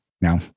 No